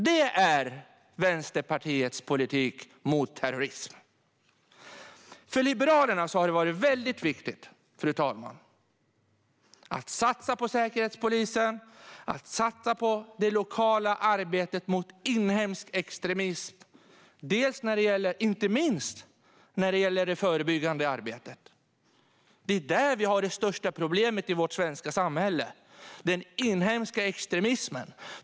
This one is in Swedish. Detta är Vänsterpartiets politik mot terrorism. Fru talman! För Liberalerna har det varit viktigt att satsa på Säkerhetspolisen och det lokala arbetet mot inhemsk extremism, inte minst det förebyggande arbetet. Det är där vi har det största problemet i vårt svenska samhälle - den inhemska extremismen.